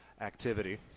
activity